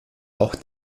auch